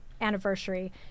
anniversary